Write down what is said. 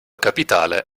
capitale